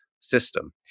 system